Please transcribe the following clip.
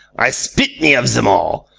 i spit me of zem all.